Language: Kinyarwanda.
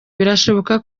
birashoboka